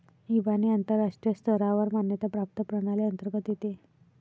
इबानी आंतरराष्ट्रीय स्तरावर मान्यता प्राप्त प्रणाली अंतर्गत येते